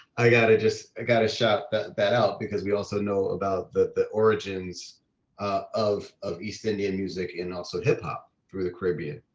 i gotta just ah shop that that out because we also know about the origins of of east indian music and also hip hop through the caribbean.